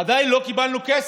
עדיין לא קיבלנו כסף,